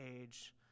age